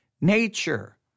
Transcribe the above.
nature